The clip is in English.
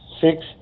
six